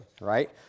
right